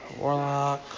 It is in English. Warlock